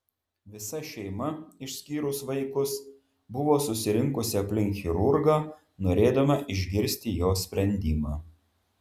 visa šeima išskyrus vaikus buvo susirinkusi aplink chirurgą norėdama išgirsti jo sprendimą